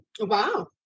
Wow